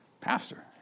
pastor